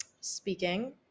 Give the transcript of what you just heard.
speaking